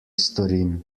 storim